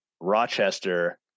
Rochester